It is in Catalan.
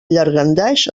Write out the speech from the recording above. llangardaix